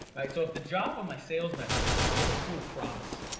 so if the job on my sales message is to give a cool promise,